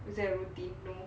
was that a routine no